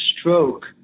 stroke